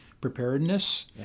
preparedness